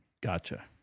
Gotcha